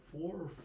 Four